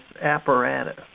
apparatus